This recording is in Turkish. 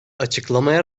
açıklamaya